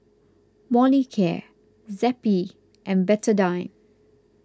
Molicare Zappy and Betadine